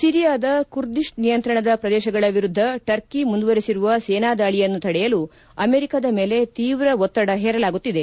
ಸಿರಿಯಾದ Kurdish ನಿಯಂತ್ರಣದ ಪ್ರದೇಶಗಳ ವಿರುದ್ಲ ಟರ್ಕಿ ಮುಂದುವರೆಸಿರುವ ಸೇನಾದಾಳಿಯನ್ನು ತಡೆಯಲು ಅಮೆರಿಕಾದ ಮೇಲೆ ತೀವ್ರ ಒತ್ತಡ ಹೇರಲಾಗುತ್ತಿದೆ